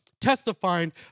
testifying